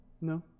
no